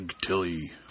Tilly